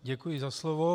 Děkuji za slovo.